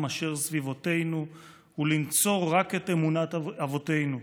אשר סביבותינו ולנצור רק את אמונת אבותינו.